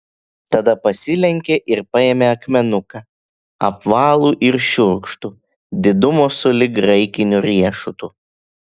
tada pasilenkė ir paėmė akmenuką apvalų ir šiurkštų didumo sulig graikiniu riešutu